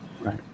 Right